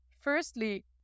Firstly